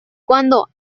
cuando